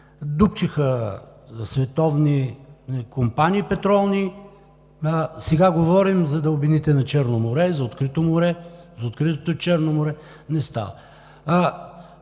Дупчиха световни петролни компании, сега говорим за дълбините на Черно море, за откритото Черно море – не става!